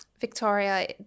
Victoria